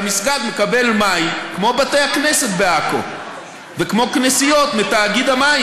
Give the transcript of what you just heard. והמסגד מקבל מים כמו בתי-הכנסת בעכו וכמו כנסיות מתאגיד המים.